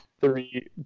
Three